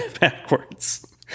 Backwards